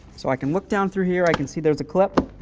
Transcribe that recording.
so i can look down through here, i can see there's a clip.